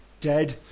dead